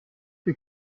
you